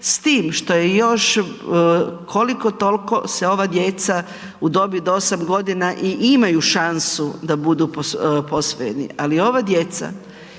s tim što je još koliko tolko se ova djeca u dobi od 8 godina i imaju šansu da budu posvojeni, ali ova djeca